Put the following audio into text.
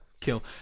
Kill